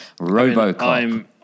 Robocop